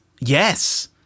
Yes